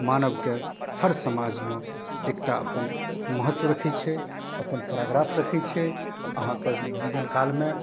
मानवके हर समाजमे एकटा अपन महत्व रखै छै अपन पाराग्राफ रखै छै अहाँके जीवनकालमे